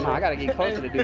i gotta get closer to do that.